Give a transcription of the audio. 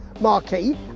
marquee